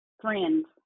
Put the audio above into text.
friends